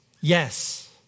yes